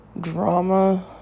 drama